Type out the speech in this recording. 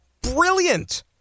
brilliant